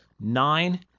Nine